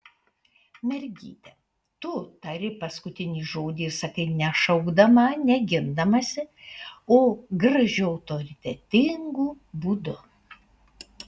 mergyte tu tari paskutinį žodį ir sakai ne šaukdama ne gindamasi o gražiu autoritetingu būdu